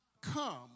come